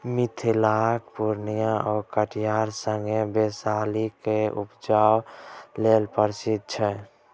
मिथिलाक पुर्णियाँ आ कटिहार संगे बैशाली केराक उपजा लेल प्रसिद्ध छै